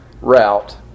route